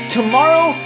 tomorrow